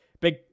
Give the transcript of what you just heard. big